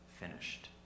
finished